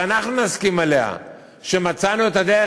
שאנחנו נסכים עליה שמצאנו את הדרך,